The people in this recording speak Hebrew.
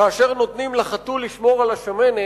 כאשר נותנים לחתול לשמור על השמנת,